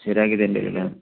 ശരിയാക്കി തരുന്നുണ്ട് അല്ലേ